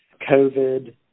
COVID